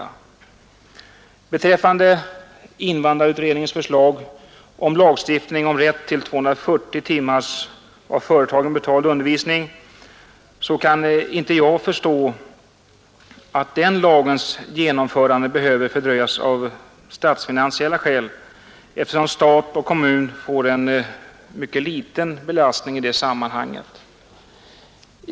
Vad beträffar invandrarutredningens förslag om lagstiftning om rätt till 240 timmars av företagen betald undervisning kan jag inte förstå att den lagens genomförande behöver fördröjas av finansiella skäl, eftersom stat och kommun bara får en liten belastning i det sammanhanget.